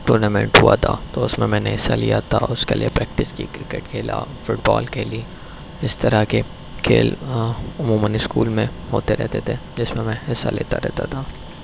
tournament ہوا تھا تو اس میں میں نے حصہ لیا تھا اور اس کے لیے پریکٹس کی کرکٹ کھیلا فٹ بال کھیلی اس طرح کے کھیل عموماً اسکول میں ہوتے رہتے تھے جس میں میں حصہ لیتا رہتا تھا